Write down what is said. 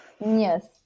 Yes